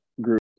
group